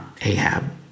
Ahab